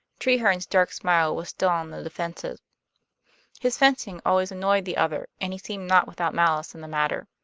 treherne's dark smile was still on the defensive his fencing always annoyed the other, and he seemed not without malice in the matter.